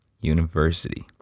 university